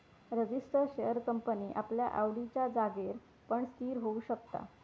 register share company आपल्या आवडिच्या जागेर पण स्थिर होऊ शकता